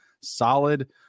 solid